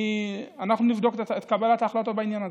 אנחנו נבדוק את קבלת ההחלטות בעניין הזה.